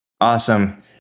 Awesome